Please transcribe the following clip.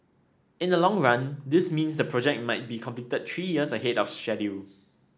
in the long run this means the project might be completed three years ahead of schedule